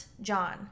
john